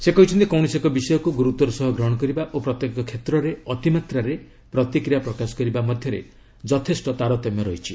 ସେ କହିଛନ୍ତି କୌଣସି ଏକ ବିଷୟକୁ ଗୁରୁତ୍ୱର ସହ ଗ୍ରହଣ କରିବା ଓ ପ୍ରତ୍ୟେକ କ୍ଷେତ୍ରରେ ଅତିମାତ୍ରାରେ ପ୍ରତିକ୍ରିୟା ପ୍ରକାଶ କରିବା ମଧ୍ୟରେ ଯଥେଷ୍ଟ ତାରତମ୍ୟ ରହିଛି